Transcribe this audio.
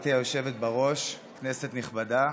גברתי היושבת בראש, כנסת נכבדה,